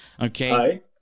Okay